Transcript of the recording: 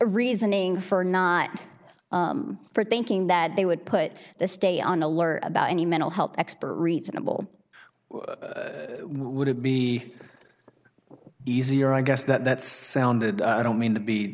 reasoning for not for thinking that they would put the stay on alert about any mental health expert reasonable would it be easier i guess that sounded i don't mean to be